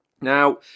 Now